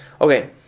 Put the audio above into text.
Okay